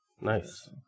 Nice